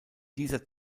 dieser